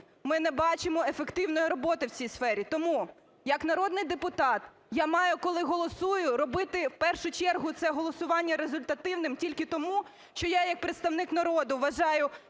Ми не бачимо ефективної роботи в цій сфері. Тому як народний депутат я маю, коли голосую, робити в першу чергу це голосування результативним тільки тому, що я як представник народу вважаю